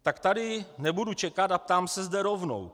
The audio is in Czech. Tak tady nebudu čekat a ptám se zde rovnou.